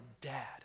dad